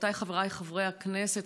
חברותיי וחבריי חברי הכנסת,